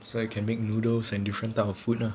so you can make noodles and different type of food lah